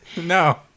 no